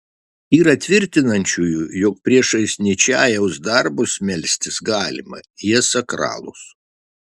yra tvirtinančiųjų jog prieš ničajaus darbus melstis galima jie sakralūs